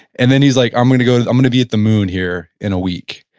and then he's like, i'm going to go to the, i'm going to be at the moon here, in a week.